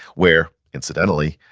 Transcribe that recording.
where incidentally,